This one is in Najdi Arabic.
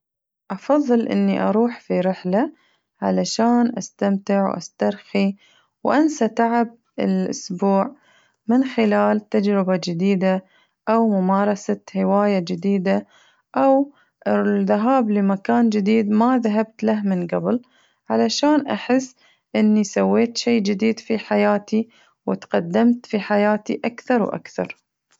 أفضل إني أروح في رحلة علشان أستمتع وأسترخي وأنسى تعب الأسبوع من خلال تجربة جديدة أو ممارسة هواية جديدة أو الذهاب لمكان جديد ما ذهبت له من قبل علشان أحس إني سويت شي جديد في حياتي وتقدمت في حياتي أكثر وأكثر.